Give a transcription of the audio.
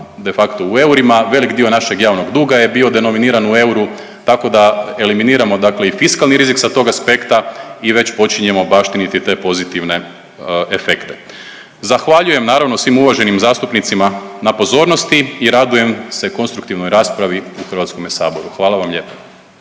de facto u eurima, velik dio našeg javnog duga je bio denominiran u euru, tako da eliminiramo dakle i fiskalni rizik sa tog aspekta i već počinjemo baštiniti te pozitivne efekte. Zahvaljujem naravno svim uvaženim zastupnicima na pozornosti i radujem se konstruktivnoj raspravi u HS-u. Hvala vam lijepo.